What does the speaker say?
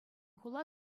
хула